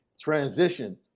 transition